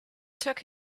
took